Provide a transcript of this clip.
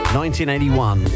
1981